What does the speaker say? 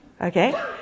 okay